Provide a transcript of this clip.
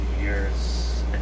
years